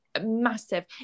massive